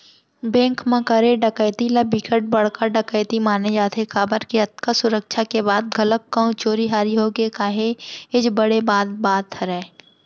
bank म करे डकैती ल बिकट बड़का डकैती माने जाथे काबर के अतका सुरक्छा के बाद घलोक कहूं चोरी हारी होगे काहेच बड़े बात बात हरय